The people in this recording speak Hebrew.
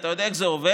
אתה יודע איך זה עובד.